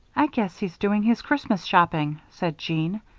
i guess he's doing his christmas shopping, said jeanne.